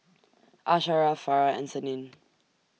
Asharaff Farah and Senin